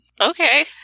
Okay